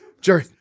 Jerry